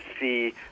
see